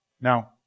Now